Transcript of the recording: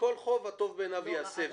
שכל חוב הטוב בעיניו יעשה,